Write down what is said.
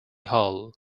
hull